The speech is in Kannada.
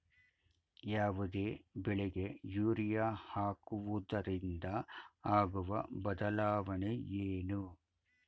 ಯಾವುದೇ ಬೆಳೆಗೆ ಯೂರಿಯಾ ಹಾಕುವುದರಿಂದ ಆಗುವ ಬದಲಾವಣೆ ಏನು?